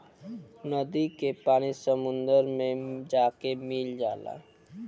नदी के पानी समुंदर मे जाके मिल जाला